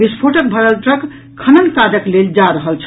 विस्फोटक भरल ट्रक खनन काजक लेल जा रहल छल